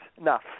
enough